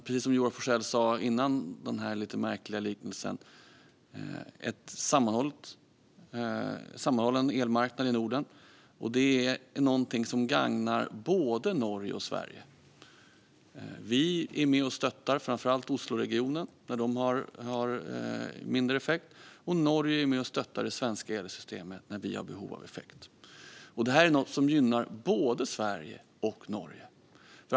Precis som Joar Forssell sa innan denna lite märkliga liknelse har vi en sammanhållen elmarknad i Norden, och det är något som gagnar både Norge och Sverige. Vi är med och stöttar framför allt Osloregionen när de har mindre effekt där. Och Norge är med och stöttar det svenska elsystemet när vi har behov av effekt. Detta är något som gynnar både Sverige och Norge.